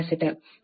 ಅದು 1507